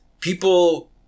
people –